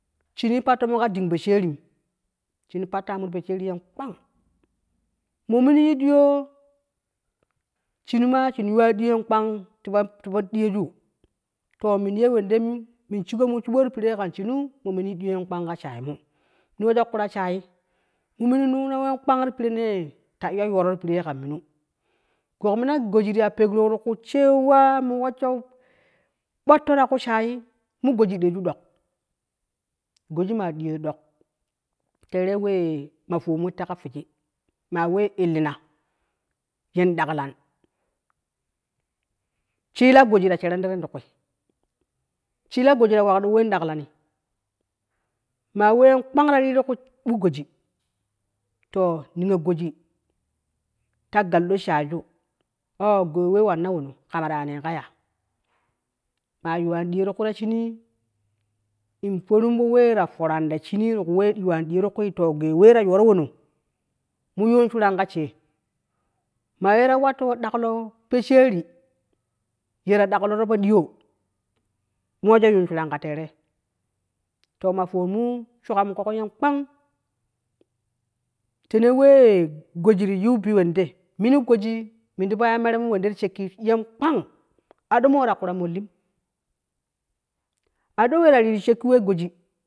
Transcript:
Shine a patomu ka ɗeen pisherem, shin pakmu ka poshiren kpang, mo min deyo, shin ma shin yuwa deyon kpang, ti deyoju to men ye wende men shigo shebo, te pere kan shime me yu ɗee kpang ka shayenmu men wejo kura shaye mo men nuno wen lpang ti shaye men ta yoroo yen kpang, guk mina goji ti yuru pekro ti ku cewa mo wesho ɓwato ta ku shaye mo goji ɗeeju dok goji ma deyo dok tare we ma fowon mu tega feyi, ma we clina yin dakla shela goji ta sheron tei ti ku, shela goji ta wak wen ɗaklani, wa wen kpang ta rire ku ɓuk goji, to niyo goji ta salɗo shaye ju gei we wan wuro kama ta ya ni ka ya ma yuwa ɗiyo ti ku ta shini in foren fo we fo porani ta shini ti ku we yuwa diyo ti kwe, to gei we ta yuroo wunu mo yun shura ka sheye ma ye ta wa to ka we ta daklo. Poshere ye ta dakloro po diyo mo we zo yunu shura ka terei to ma fowon mu shuka kogu yen kpang tene we goji ti ye bi wende, min goji min ti po ye meremu, wen de ti shakki yin kpang, a ɗon mo ta kura molin, a ɗioo we ta re shkki goji